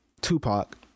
Tupac